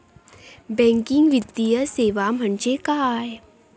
Banking वित्तीय सेवा म्हणजे काय?